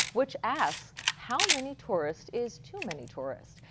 which asks how many tourists is too many tourists?